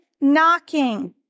knocking